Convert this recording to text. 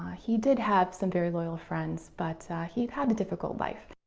he did have some very loyal friends but he'd had a difficult life.